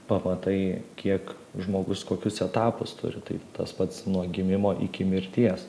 pamatai kiek žmogus kokius etapus turi tai tas pats nuo gimimo iki mirties